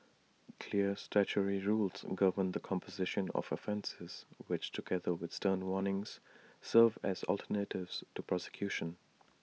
clear statutory rules govern the composition of offences which together with stern warnings serve as alternatives to prosecution